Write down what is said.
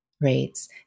rates